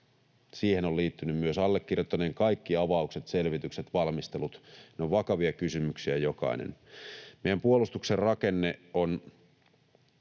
Siihen ovat liittyneet myös allekirjoittaneen kaikki avaukset, selvitykset ja valmistelut. Ne ovat vakavia kysymyksiä jokainen. Meidän puolustuksen ja